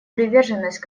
приверженность